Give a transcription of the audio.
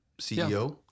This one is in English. CEO